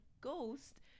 ghost